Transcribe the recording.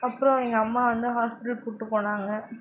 அப்றம் எங்கள் அம்மா வந்து ஹாஸ்ப்பிட்டல் கூப்பிட்டு போனாங்க